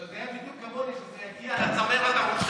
אתה יודע בדיוק כמוני שזה יגיע לצמרת המושחתת ולא,